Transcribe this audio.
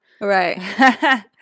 Right